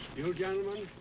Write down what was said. you gentlemen,